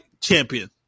champion